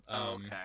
okay